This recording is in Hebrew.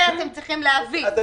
זה אתם צריכים להבין.